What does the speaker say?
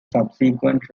subsequent